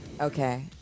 Okay